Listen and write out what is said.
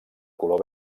color